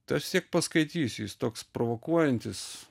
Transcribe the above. tai aš vis tiek paskaitysiu jis toks provokuojantis